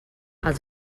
els